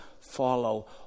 follow